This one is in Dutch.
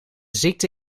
ziekte